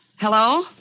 Hello